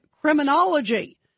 criminology